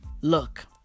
Look